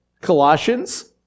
Colossians